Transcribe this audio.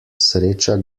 sreča